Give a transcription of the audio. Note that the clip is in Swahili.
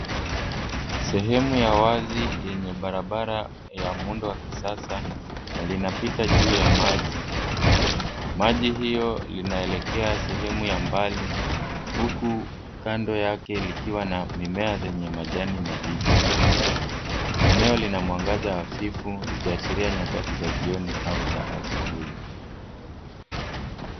Sehemu ya wazi yenye barabara ya muundo wa kisasa linapita juu ya maji. Maji hiyo linaelekea sehemu ya mbali, huku kando yake likiwa na mimea zenye majani mabichi. Eneo lina mwangaza hafifu likiashiria nyakati za jioni au asubuhi.